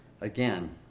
Again